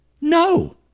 No